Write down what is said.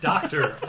Doctor